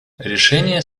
решение